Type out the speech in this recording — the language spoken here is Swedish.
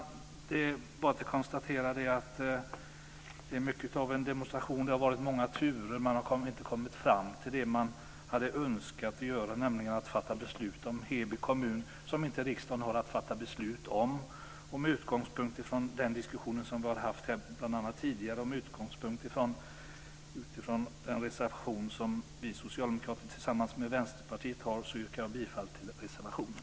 Jag kan bara konstatera att detta är mycket av en demonstration. Det har varit många turer. Man har inte kommit fram till det som man hade önskat att göra, nämligen att fatta beslut om Heby kommun, som riksdagen inte har att fatta beslut om. Med utgångspunkt i den diskussion som vi har haft här tidigare och med utgångspunkt i den reservation som vi socialdemokrater har tillsammans med Vänsterpartiet så yrkar jag bifall till reservationen.